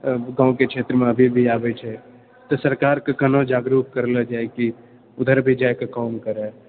गाँवके क्षेत्रमे अभी भी आबै छै तऽ सरकारके कना जागरूक करला जाइ की ऊधर भी जाइके काम करै